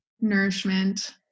nourishment